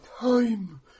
Time